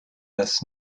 das